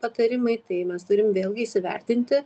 patarimai tai mes turim vėlgi įsivertinti